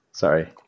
Sorry